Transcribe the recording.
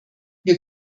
wir